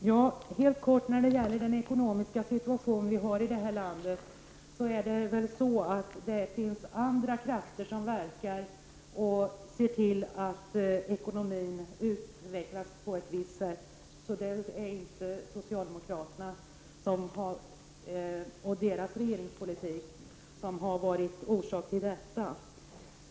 Herr talman! Helt kort vill jag säga att det när det gäller den ekonomiska situationen i landet finns andra krafter som verkar och ser till att ekonomin utvecklas på ett visst sätt. Det är inte socialdemokraterna och deras regeringspolitik som har varit orsak till detta.